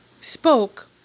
spoke